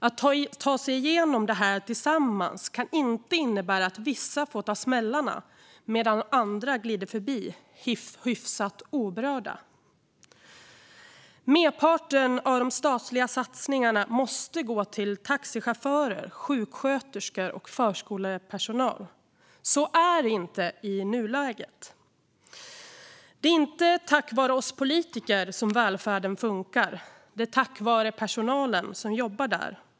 Att ta sig genom detta tillsammans kan inte innebära att vissa får ta smällarna medan andra glider förbi hyfsat oberörda. Merparten av de statliga satsningarna måste gå till taxichaufförer, sjuksköterskor och förskolepersonal. Så är det inte i nuläget. Det är inte tack vare oss politiker som välfärden funkar. Det är tack vare personalen som jobbar där.